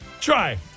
Try